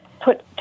put